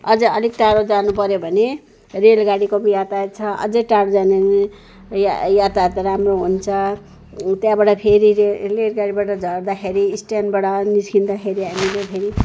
अझै अलिक टाढा जानपऱ्यो भने रेलगाडीको पनि यातायात छ अझै टाढा जाने भने या यातायात राम्रो हुन्छ त्यहाँबाट फेरि रेल रेलगाडीबाट झर्दाखेरि स्ट्यान्डबाट निस्किँदाखेरि हामीले फेरि